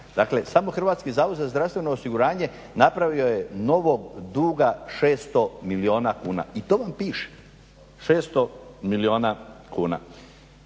Dakle, samo Hrvatski zavod za zdravstveno osiguranje napravio je novog duga 600 milijuna kuna. I to vam piše, 600 milijuna kuna.